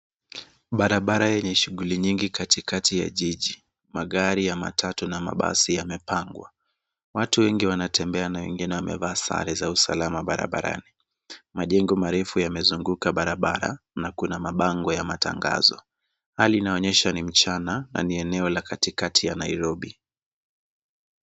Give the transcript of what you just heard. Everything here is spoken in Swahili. Barabara yenye shuguli nyingi katikati ya jiji. Magari ya matatu na mabasi yamepangwa. Watu wengi wanatembea na wengine wamevaa sare za usalama barabarani. Majengo marefu yamezunguka barabara na kuna mabango ya matangazo. Hali inaonyesha ni mchana na ni eneo la katikati ya Nairobi.